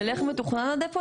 של איך מתוכנן הדפו,